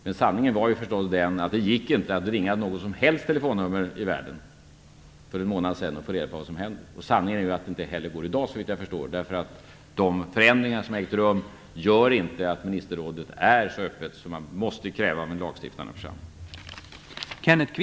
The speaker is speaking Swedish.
Men sanningen är ju den att det för en månad sedan inte gick att ringa något som helst telefonnummer i världen för att få reda på vad som händer. Sanningen är också att det inte heller går i dag, såvitt jag förstår. De förändringar som ägt rum gör inte ministerrådet så öppet som man måste kräva att en lagstiftande församling är.